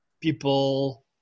people